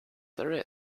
there